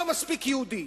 לא מספיק יהודי.